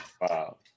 wow